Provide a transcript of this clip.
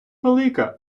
велика